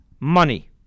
money